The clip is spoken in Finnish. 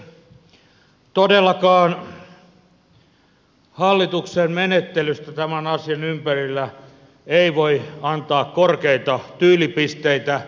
todellakaan hallituksen menettelystä tämän asian ympärillä ei voi antaa korkeita tyylipisteitä